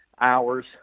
hours